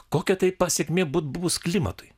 kokia tai pasekmė būt buvus klimatui